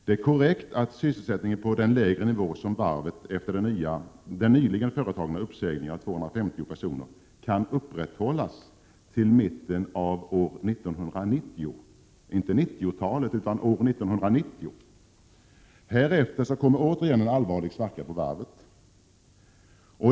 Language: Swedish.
Det är korrekt att sysselsättningen på den lägre nivå som varvet har efter den nyligen företagna uppsägningen av 250 personer kan upprätthållas till mitten av år 1990— inte 1990-talet utan år 1990! Härefter kommer återigen en allvarlig svacka på varvet.